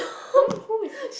then who is this